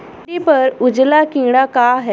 भिंडी पर उजला कीड़ा का है?